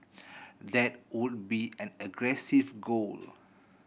that would be an aggressive goal